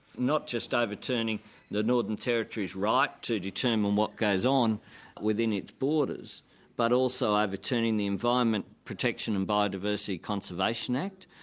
not just overturning the northern territory's right to determine what goes on within its borders but also overturning the environment protection and biodiversity conservation act,